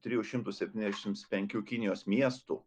trijų šimtų septyniasdešims penkių kinijos miestų